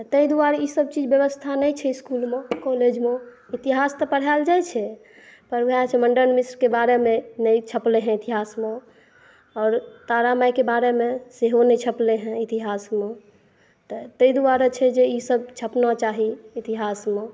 तऽ तै दुआरे ई सब चीज व्यवस्था नहि छै इसकुलमे कॉलेजमे इतिहास तऽ पढ़ायल जाइ छै पर वएह छै मण्डन मिश्र के बारे मे नहि छपलै हँ इतिहासमे और तारा माइ के बारे मे सेहो नहि छपलै हँ इतिहासमे तऽ तै दुआरे छै ई सब छपना चाही इतिहासमे